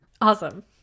Awesome